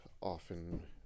often